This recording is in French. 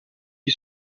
qui